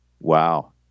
Wow